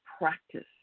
practice